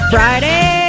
Friday